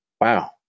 wow